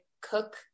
cook